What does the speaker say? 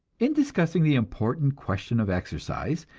in discussing the important question of exercise,